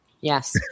Yes